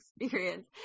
experience